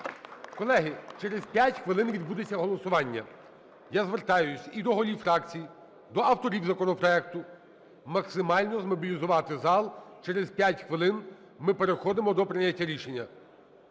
Колеги, через 5 хвилин відбудеться голосування. Я звертаюсь і до голів фракцій, до авторів законопроекту максимально змобілізувати зал, через 5 хвилин ми переходимо до прийняття рішення.